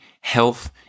health